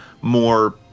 more